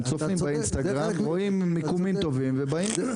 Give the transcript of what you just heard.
הם צופים באינסטגרם, רואים מיקומים טובים ובאים.